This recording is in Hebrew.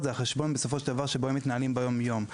בסופו של דבר הוא החשבון שבו הם מתנהלים ביום יום.